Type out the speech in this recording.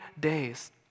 days